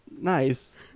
nice